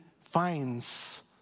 finds